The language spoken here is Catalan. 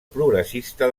progressista